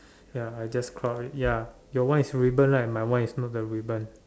ya I just crop it ya your one is ribbon right my one is not the ribbon